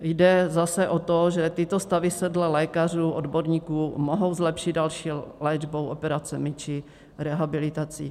Jde zase o to, že tyto stavy se dle lékařů odborníků mohou zlepšit další léčbou, operacemi či rehabilitací.